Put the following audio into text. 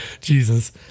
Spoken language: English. Jesus